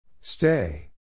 Stay